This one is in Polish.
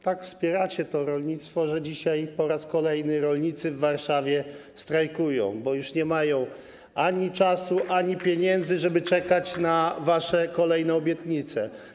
Tak wspieracie rolnictwo, że dzisiaj po raz kolejny rolnicy w Warszawie strajkują, bo już nie mają ani czasu, ani pieniędzy, żeby czekać na wasze kolejne obietnice.